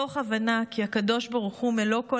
מתוך הבנה כי הקדוש ברוך הוא "מלוא כל